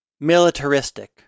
militaristic